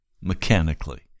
mechanically